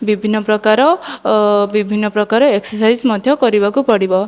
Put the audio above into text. ବିଭିନ୍ନ ପ୍ରକାର ବିଭିନ୍ନ ପ୍ରକାର ଏକ୍ସରସାଇଜ୍ ମଧ୍ୟ କରିବାକୁ ପଡ଼ିବ